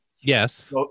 yes